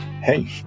Hey